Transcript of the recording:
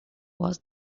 was